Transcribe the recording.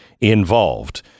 involved